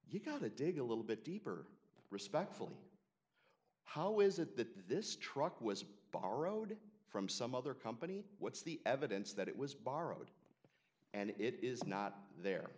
you've got to dig a little bit deeper respectfully how is it that this truck was borrowed from some other company what's the evidence that it was borrowed and it is not there